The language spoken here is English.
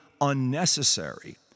unnecessary